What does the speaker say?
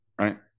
Right